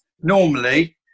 normally